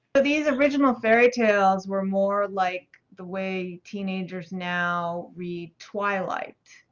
but these original fairy tales were more like the way teenagers now read twilight.